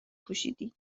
پوشیدی